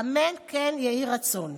אמן כן יהי רצון.